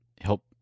help